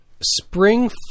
spring